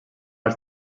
als